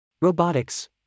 Robotics